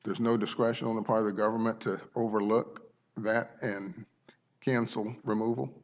there's no discretion on the part of the government to overlook that and cancel removal